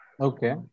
Okay